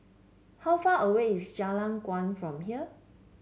how far away is Jalan Kuang from here